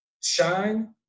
shine